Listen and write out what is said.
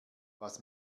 was